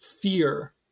fear